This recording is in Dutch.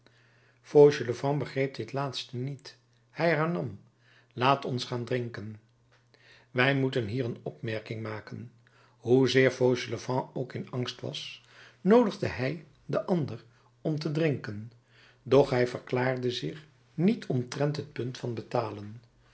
fauchelevent begreep dit laatste niet hij hernam laat ons gaan drinken wij moeten hier een opmerking maken hoezeer fauchelevent ook in angst was noodigde hij den ander om te drinken doch hij verklaarde zich niet omtrent het punt van betalen